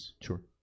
Sure